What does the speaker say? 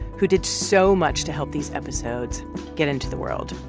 who did so much to help these episodes get into the world.